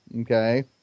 Okay